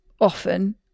often